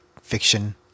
fiction